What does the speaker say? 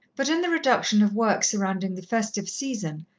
but in the reduction of work surrounding the festive season,